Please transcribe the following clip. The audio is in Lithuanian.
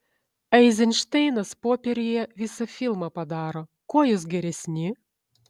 eizenšteinas popieriuje visą filmą padaro kuo jūs geresni